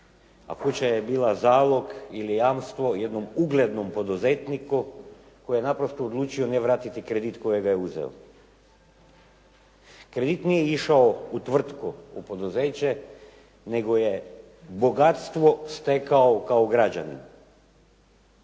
A kuća je bila zalog ili jamstvo jednom uglednom poduzetniku, koji je naprosto odlučio ne vratiti kredit kojega je uzeo. Kredit nije išao u tvrtku, u poduzeće, nego je bogatstvo stekao kao građanin.